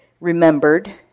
remembered